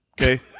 Okay